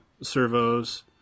servos